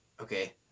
okay